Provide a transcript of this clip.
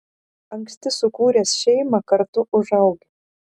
anksti sukūręs šeimą kartu užaugi